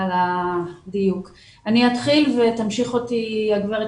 אני אתחיל לדבר ולאחר מכן תדבר הגברת